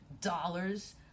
Dollars